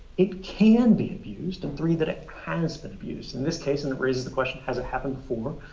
it can be abused, and, three, that it has been abused in this case. and that raises the question, has it happened before?